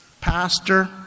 pastor